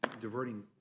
diverting